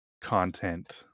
content